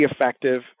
effective